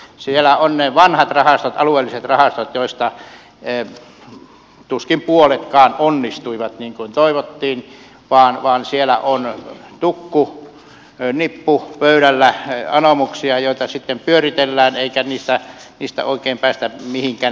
siellä on ne vanhat alueelliset rahastot joista tuskin puoletkaan onnistuivat niin kuin toivottiin vaan siellä on tukku nippu pöydällä anomuksia joita sitten pyöritellään eikä niistä oikein päästä mihinkään